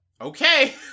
okay